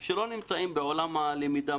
אני רק אגיד שהשתמשנו בכלים הטכנולוגיים.